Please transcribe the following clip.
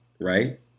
right